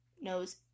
knows